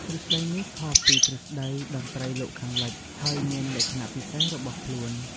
ទ្រឹស្ដីនេះខុសពីទ្រឹស្ដីតន្ត្រីលោកខាងលិច ហើយមានលក្ខណៈពិសេសរបស់ខ្លួន។